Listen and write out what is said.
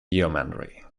yeomanry